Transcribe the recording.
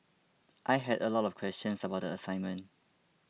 I had a lot of questions about the assignment